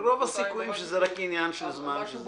רוב הסיכויים שזה רק עניין של זמן.